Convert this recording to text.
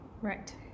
right